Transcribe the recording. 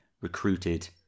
recruited